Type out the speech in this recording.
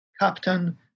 captain